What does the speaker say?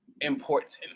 important